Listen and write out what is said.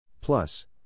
Plus